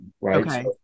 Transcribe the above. right